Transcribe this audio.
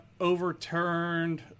overturned